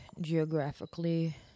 geographically